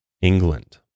England